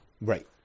Right